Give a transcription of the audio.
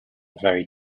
very